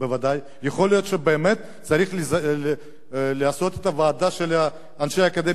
יכול להיות שבאמת צריך לעשות את הוועדה של אנשי אקדמיה ישראלים,